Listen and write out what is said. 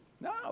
No